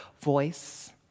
voice